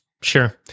Sure